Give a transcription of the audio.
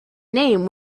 name